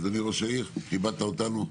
אדוני ראש העיר, כיבדת אותנו.